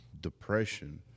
depression